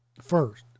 first